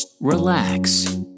relax